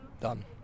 done